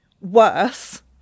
worse